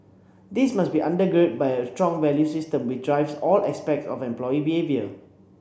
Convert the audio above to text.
this must be under girded by a strong values system which drives all aspects of employee behaviour